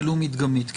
ולו מדגמית.